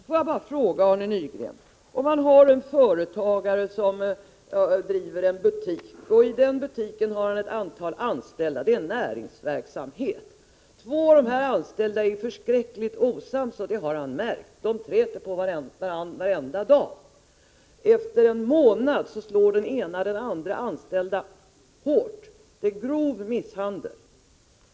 Får jag bara fråga Arne Nygren: En företagare driver en butik, och i den butiken har han ett antal anställda. Det är näringsverksamhet. Två av de anställda är förskräckligt osams, och det har han märkt. De träter på varandra varenda dag. Efter en månad slår den ena den andra anställda hårt. Det är grov misshandel.